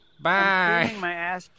Bye